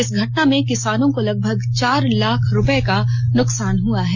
इस घटना में किसानों को लगभग चार लाख रूपये का नुकसान हुआ है